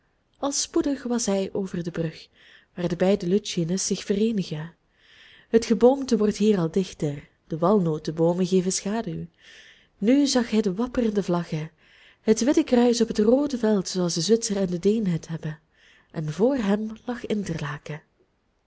al spoedig was hij over de brug waar de beide lütschines zich vereenigen het geboomte wordt hier al dichter de walnoteboomen geven schaduw nu zag hij de wapperende vlaggen het witte kruis op het roode veld zooals de zwitser en de deen het hebben en voor hem lag interlaken